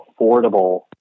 affordable